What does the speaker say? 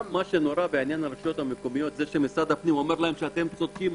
גם מה שנורא ברשויות המקומיות שמשרד הפנים אומר להם: אתם צודקים,